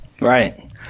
right